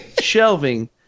shelving